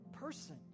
person